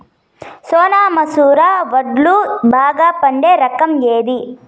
సోనా మసూర వడ్లు బాగా పండే రకం ఏది